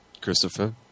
Christopher